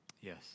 Yes